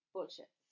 Bullshit